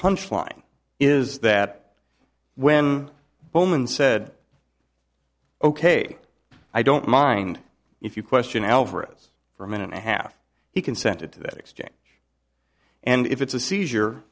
punch line is that when bowman said ok i don't mind if you question alvarez for a minute and a half he consented to that exchange and if it's a seizure